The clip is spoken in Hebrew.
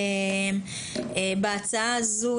בהצעה הזו,